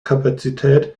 kapazität